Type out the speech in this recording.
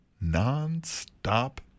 non-stop